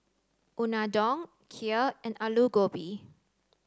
Unadon Kheer and Alu Gobi